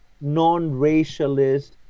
non-racialist